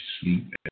sleep